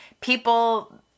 people